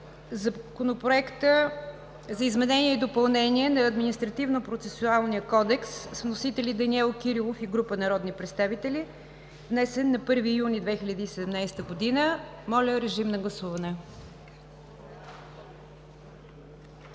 Законопроекта за изменение и допълнение на Административнопроцесуалния кодекс с вносители Данаил Кирилов и група народни представители, внесен на 1 юни 2017 г. Моля, режим на гласуване.